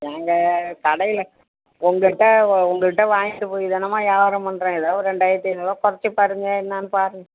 எங்கள் கடையில் உங்கள்ட உங்கள்ட வாங்கிட்டு போய் தானமா யாவாரம் பண்ணுறேன் ஏதாவது ஒரு ரெண்டாயிரத்து ஐநூறுவா கொறைச்சிப்பாருங்க என்னெனு பாருங்கள்